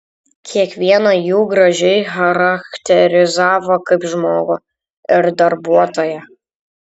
kiekvieną jų gražiai charakterizavo kaip žmogų ir darbuotoją